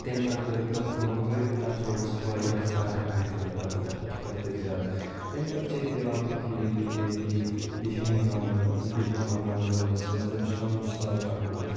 تمہِ پَتہٕ کٔرٕکھ تَتھ کٲم گٔے تَتھ روڈَس واریاہ فرق آے تمہِ پَتہٕ تَتھ حَدٕ کھۄتہٕ تہِ زیادٕ امہِ پَتہٕ چھِ ییٚتہِ بیٛاکھ اَکھ لیٖڈَر ییٚتی بِہِم گاندَربَل بِہیوٗما گاندَربَلَس منٛز تٔمِس چھِ ناو مُشتاق احمد